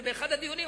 באחד הדיונים,